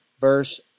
verse